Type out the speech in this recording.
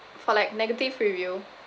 for like negative review